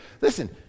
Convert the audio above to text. Listen